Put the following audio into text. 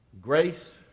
Grace